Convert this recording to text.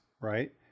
Right